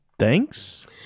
Thanks